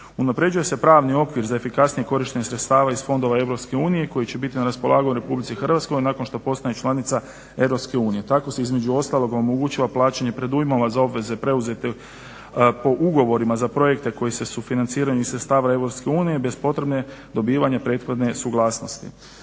Unaprjeđuje se pravni okvir za efikasnije korištenje sredstava iz fondova EU koji će biti na raspolaganju u RH nakon što postane članica EU. Tako se između ostalog omogućava plaćanje predujmova za obveze preuzete po ugovorima za projekte koji se sufinanciranjem sredstava iz EU bez potrebe dobivanja prethodne suglasnosti.